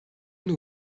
nous